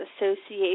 Association